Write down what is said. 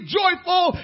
joyful